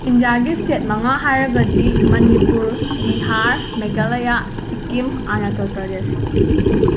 ꯏꯟꯗ꯭ꯌꯥꯒꯤ ꯁ꯭ꯇꯦꯠ ꯃꯉꯥ ꯍꯥꯏꯔꯒꯗꯤ ꯃꯅꯤꯄꯨꯔ ꯕꯤꯍꯥꯔ ꯃꯦꯒꯥꯂꯌꯥ ꯁꯤꯛꯀꯤꯝ ꯑꯔꯨꯅꯥꯆꯜ ꯄ꯭ꯔꯗꯦꯁ